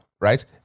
right